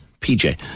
PJ